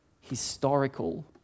historical